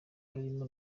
harimo